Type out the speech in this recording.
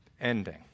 ending